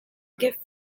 gift